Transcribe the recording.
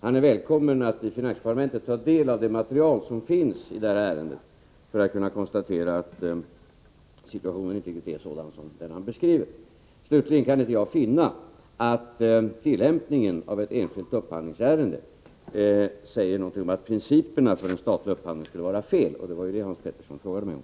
Han är välkommen att i finansdepartementet ta del av det material som finns i detta ärende, så att han kan konstatera att situationen inte riktigt är sådan som han beskriver den. Slutligen kan jag inte finna att tillämpningen i ett enskilt upphandlingsärende säger någonting om att principerna för den statliga upphandlingen skulle vara felaktiga — och det var ju detta som Hans Petersson frågade mig om.